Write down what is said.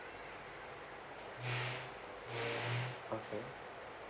okay